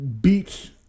beats